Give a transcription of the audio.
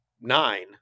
nine